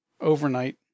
overnight